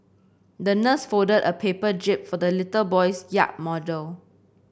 the nurse folded a paper jib for the little boy's yacht model